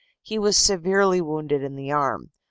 he was severely wounded in the arm,